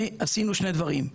עשינו שני דברים,